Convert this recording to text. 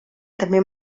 també